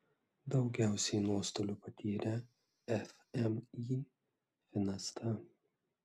daugiausiai nuostolių patyrė fmį finasta